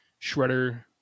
Shredder